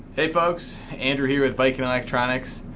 hey folks! andrew here with viking electronics.